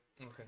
Okay